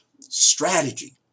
strategy